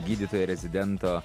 gydytojo rezidento